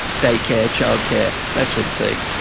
day care, childcare that sort of thing.